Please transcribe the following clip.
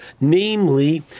namely